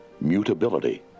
mutability